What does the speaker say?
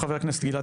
אדוני